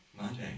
Monday